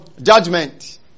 judgment